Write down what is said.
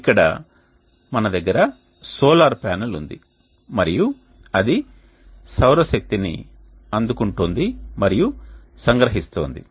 ఇక్కడ మన దగ్గర సోలార్ ప్యానెల్ ఉంది మరియు అది సౌర శక్తిని అందుకుంటోంది మరియు సంగ్రహిస్తోంది